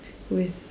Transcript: with